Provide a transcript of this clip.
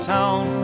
Town